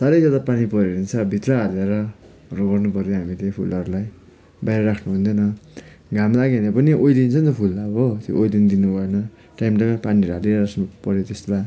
साह्रै ज्यादा पानी पर्यो भने चाहिँ अब भित्र हालेर जोगाउनु पर्यो हामीहरूले फुलहरूलाई बाहिर राख्नुहुँदैन घाम लाग्यो भने पनि ओइलिन्छ नि त फुल अब हो ओइलिन दिनुभएन टाइम टाइममा पानीहरू हाल्दै गर्नुपर्यो त्यसमा